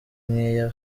nkeya